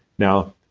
now,